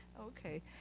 Okay